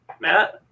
Matt